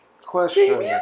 Question